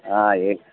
ఏ